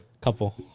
Couple